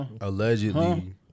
Allegedly